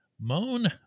Moan